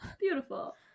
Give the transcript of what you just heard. Beautiful